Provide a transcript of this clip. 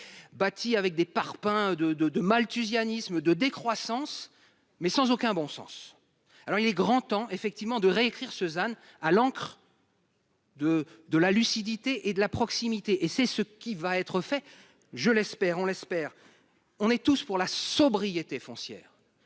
Bâtie avec des parpaings de de de malthusianisme de décroissance mais sans aucun bon sens. Alors il est grand temps effectivement de réécrire Suzanne à l'encre. De de la lucidité et de la proximité et c'est ce qui va être fait, je l'espère, on l'espère. On est tous pour la sobriété foncière